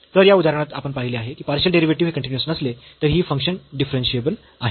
तर या उदाहरणात आपण पाहिले आहे की पार्शियल डेरिव्हेटिव्हस् हे कन्टीन्यूअस नसले तरीही फंक्शन डिफरन्शियेबल आहे